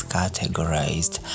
categorized